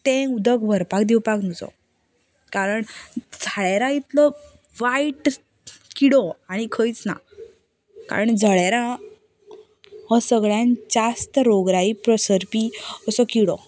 तें उदक भरपाक दिवपाक नजो कारण जळारां इतलो वायट किडो आनी खंयच ना कारण जळारां हो सगळ्यांत जास्त रोग राय पसरपी असो किडो